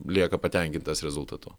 lieka patenkintas rezultatu